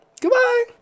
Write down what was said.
Goodbye